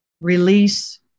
Release